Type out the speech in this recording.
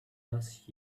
last